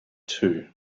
two